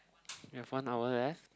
have one hour left